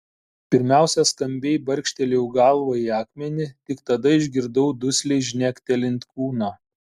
pirmiausia skambiai barkštelėjau galva į akmenį tik tada išgirdau dusliai žnektelint kūną